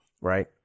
right